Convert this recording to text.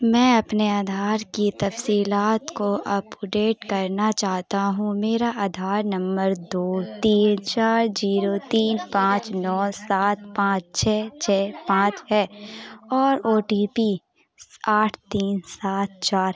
میں اپنے آدھار کی تفصیلات کو اپڈیٹ کرنا چاہتا ہوں میرا آدھار نمبر دو تین چار جیرو تین پانچ نو سات پانچ چھ چھ پانچ ہے اور او ٹی پی آٹھ تین سات چار ہے